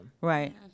Right